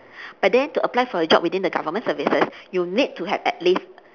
but then to apply for a job within the government services you need to have at least